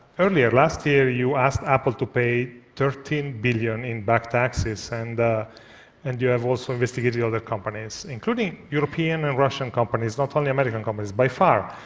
earlier, last year, you asked apple to pay thirteen billion in back taxes and and you have also investigated other companies, including european and russian companies, not only american companies, by far.